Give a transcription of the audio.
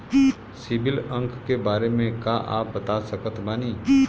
CIBIL अंक के बारे मे का आप बता सकत बानी?